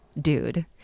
dude